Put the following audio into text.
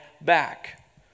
back